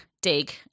dig